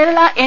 Kerala N